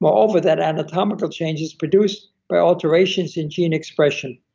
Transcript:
moreover, that anatomical change is produced by alterations in gene expression,